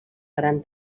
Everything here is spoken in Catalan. gran